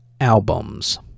albums